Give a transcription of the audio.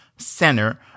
Center